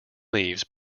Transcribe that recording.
leaves